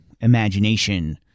imagination